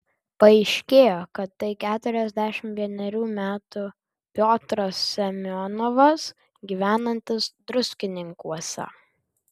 paaiškėjo kad tai keturiasdešimt vienerių metų piotras semionovas gyvenantis druskininkuose